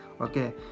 okay